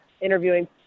interviewing